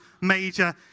major